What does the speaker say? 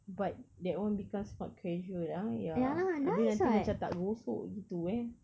but that one become smart casual ah ya abeh nanti macam tak gosok gitu eh